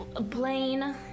Blaine